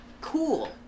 cool